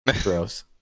Gross